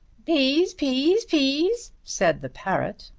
peas, peas, peas, said the parrot.